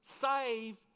save